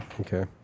Okay